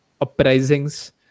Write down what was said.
uprisings